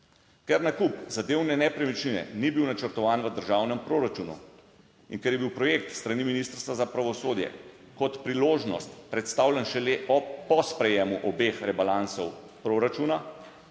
Ker nakup zadevne nepremičnine ni bil načrtovan v državnem proračunu in ker je bil projekt s strani Ministrstva za pravosodje kot priložnost predstavljen šele po sprejemu obeh rebalansov proračuna,